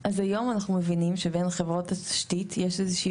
אז היום אנחנו מבינים שבין חברות התשתית יש איזה שהיא